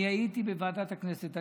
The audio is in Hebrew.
אני הייתי בוועדת הכנסת,